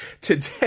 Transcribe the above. today